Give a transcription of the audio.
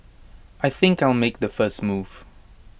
I think I'll make the first move